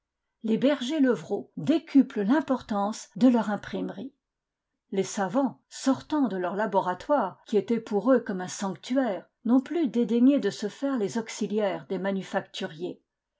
les berger levrault décuplent l'importance de leur imprimerie les savants sortant de leur laboratoire qui était pour eux comme un sanctuaire n'ont plus dédaigné de se faire les auxiliaires des manufacturiers